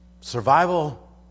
survival